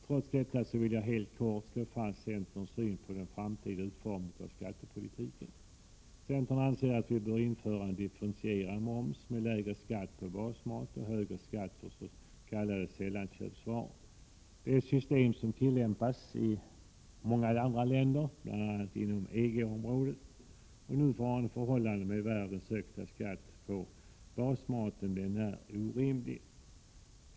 Trots detta vill jag — helt kort — slå fast centerns syn på den framtida utformningen av skattepolitiken. Centern anser att vi bör införa en differentierad moms med lägre skatt på basmat och högre skatt för s.k. sällanköpsvaror. Detta är ett system som tillämpas i många andra länder, bl.a. inom EG-området. Nuvarande förhållande med världens högsta skatt på basmaten är orimligt.